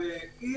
וזה חוסר סדר.